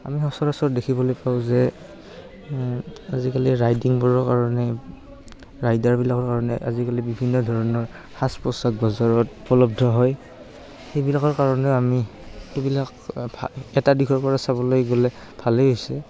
আমি সচৰাচৰ দেখিবলৈ পাওঁ যে আজিকালি ৰাইডিংবোৰৰ কাৰণে ৰাইডাৰবিলাকৰ কাৰণে আজিকালি বিভিন্ন ধৰণৰ সাজ পোছাক বজাৰৰত উপলব্ধ হয় সেইবিলাকৰ কাৰণেও আমি এইবিলাক ভাল এটা দিশৰপৰা চাবলৈ গ'লে ভালেই হৈছে